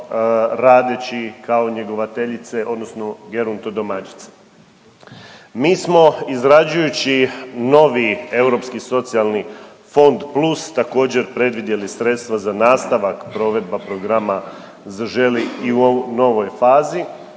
radeći kao njegovateljice odnosno gerontodomaćice. Mi smo izrađujući novi Europski socijalni fond plus također predvidjeli sredstva za nastavak provedba programa Zaželi i u novoj fazi